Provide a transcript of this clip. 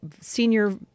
senior